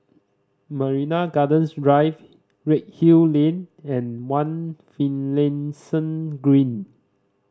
Marina Gardens Drive Redhill Lane and One Finlayson Green